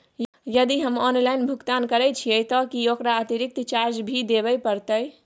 यदि हम ऑनलाइन भुगतान करे छिये त की ओकर अतिरिक्त चार्ज भी देबे परतै?